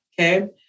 Okay